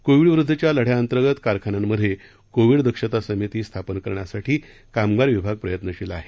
Covid विरुद्धच्या लढ्याअंतर्गत कारखान्यांमधे कोविड दक्षता समिती स्थापन करण्यासाठी कामगार विभाग प्रयत्नशील आहे